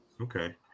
okay